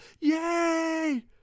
Yay